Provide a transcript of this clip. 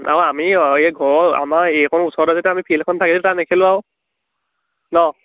আমি এই ঘৰৰ আমাৰ এইকণ ওচৰতে যদি আমাৰ ফিলড এখন থাকিও যদিও নেখেলোঁ আৰু ন